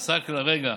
עסאקלה, רגע.